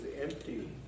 empty